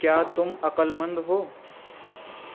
کیا تم عقلمند ہو